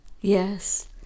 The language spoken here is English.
Yes